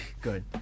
Good